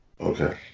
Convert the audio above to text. Okay